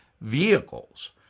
vehicles